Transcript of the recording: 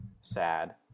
sad